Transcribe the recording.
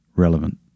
relevant